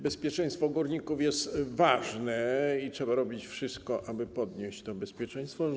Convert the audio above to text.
Bezpieczeństwo górników jest ważne i trzeba robić wszystko, aby podnieść poziom tego bezpieczeństwa.